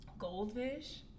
Goldfish